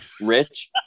Rich